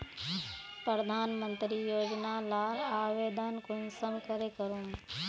प्रधानमंत्री योजना लार आवेदन कुंसम करे करूम?